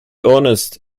honest